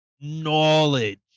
knowledge